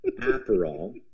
Aperol